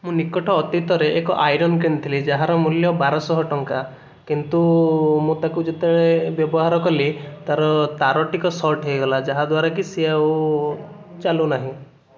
ମୁଁ ନିକଟ ଅତୀତରେ ଏକ ଆଇରନ୍ କିଣିଥିଲି ଯାହାର ମୂଲ୍ୟ ବାରଶହ ଟଙ୍କା କିନ୍ତୁ ମୁଁ ତାକୁ ଯେତେବେଳେ ବ୍ୟବହାର କଲି ତା'ର ତାରଟିକ ସଟ୍ ହେଇଗଲା ଯାହାଦ୍ଵାରାକି ସିଏ ଆଉ ଚାଲୁ ନାହିଁ